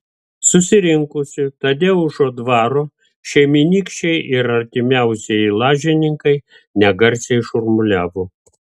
susirinkusių tadeušo dvaro šeimynykščiai ir artimiausieji lažininkai negarsiai šurmuliavo